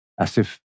Asif